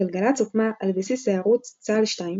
גלגלצ הוקמה על בסיס הערוץ צה"ל 2,